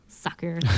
Sucker